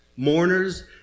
mourners